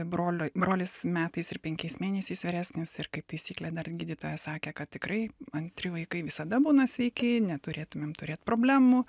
broliui brolis metais ir penkiais mėnesiais vyresnis ir kaip taisyklė dar gydytoja sakė kad tikrai antri vaikai visada būna sveiki neturėtumėm turėti problemų